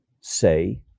say